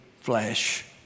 flesh